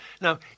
Now